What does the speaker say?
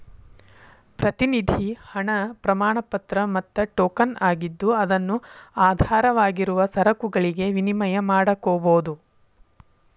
ಪ್ರತಿನಿಧಿ ಹಣ ಪ್ರಮಾಣಪತ್ರ ಮತ್ತ ಟೋಕನ್ ಆಗಿದ್ದು ಅದನ್ನು ಆಧಾರವಾಗಿರುವ ಸರಕುಗಳಿಗೆ ವಿನಿಮಯ ಮಾಡಕೋಬೋದು